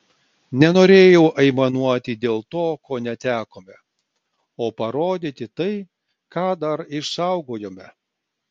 nenorėjau aimanuoti dėl to ko netekome o parodyti tai ką dar išsaugojome